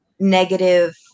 negative